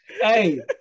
hey